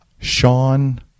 Sean